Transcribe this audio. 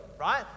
right